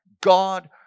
God